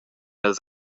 els